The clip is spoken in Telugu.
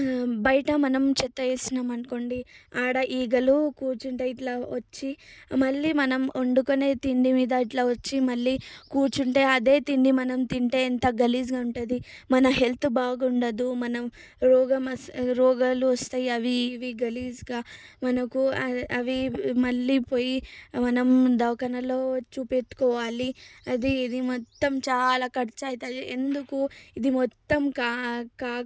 బయట మనం చెత్త వేసినాం అనుకోండి అక్కడ ఈగలు కూర్చుంటాయి ఇట్లా వచ్చి మళ్ళీ మనం వండుకునే తిండి మీద ఇట్లా వచ్చి మళ్ళీ కూర్చుంటే అదే తిండి మనం తింటే ఎంత గలీజ్గా ఉంటుంది మన హెల్త్ బాగుండదు మనం రోగమ రోగాలు వస్తాయి అవి ఇవి గలీజ్గా మనకు అవి మళ్ళీ పోయి మనం దవాఖానలో చూపెట్టుకోవాలి అది ఇది మొత్తం చాలా ఖర్చు అవుతుంది ఎందుకు ఇది మొత్తం కా క